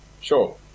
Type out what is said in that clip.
sure